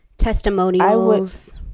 testimonials